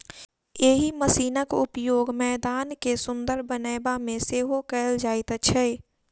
एहि मशीनक उपयोग मैदान के सुंदर बनयबा मे सेहो कयल जाइत छै